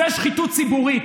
זו שחיתות ציבורית.